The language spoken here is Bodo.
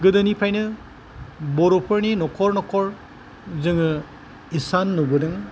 गोदोनिफ्रायनो बर'फोरनि न'खर न'खर जोङो हिसान नुबोदों